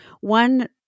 One